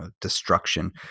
destruction